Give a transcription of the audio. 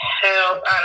Help